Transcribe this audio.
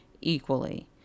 equally